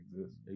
exist